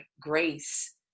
grace